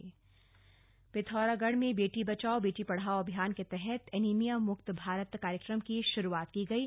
बेटी पढ़ाओ बेटी बचाओ पिथौरागढ़ में बेटी बचाओ बेटी पढ़ाओ अभियान के तहत एनीमिया मुक्त भारत कार्यक्रम की शुरुआत की गयी